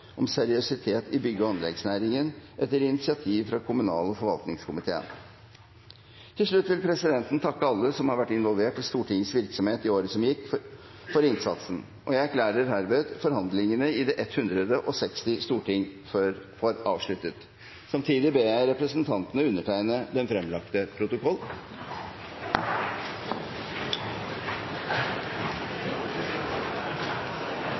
om seriøsitet i bygg- og anleggsnæringen, etter initiativ fra kommunal- og forvaltningskomiteen. Til slutt vil presidenten takke alle som har vært involvert i Stortingets virksomhet i året som gikk, for innsatsen. Jeg erklærer herved forhandlingene i det 160. storting for avsluttet. Samtidig ber presidenten representantene undertegne den fremlagte